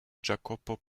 jacopo